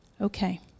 Okay